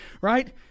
right